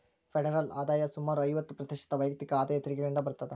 federal ಆದಾಯ ಸುಮಾರು ಐವತ್ತ ಪ್ರತಿಶತ ವೈಯಕ್ತಿಕ ಆದಾಯ ತೆರಿಗೆಗಳಿಂದ ಬರತ್ತ